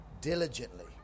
diligently